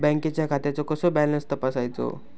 बँकेच्या खात्याचो कसो बॅलन्स तपासायचो?